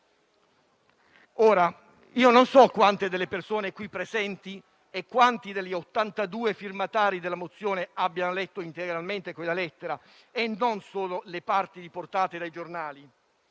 Ora, non so quante delle persone qui presenti e quanti degli 82 firmatari della mozione abbiano letto integralmente quella lettera e non solo le parti riportate dai giornali,